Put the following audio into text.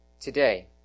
today